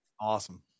Awesome